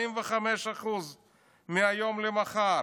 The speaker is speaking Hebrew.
45% מהיום למחר,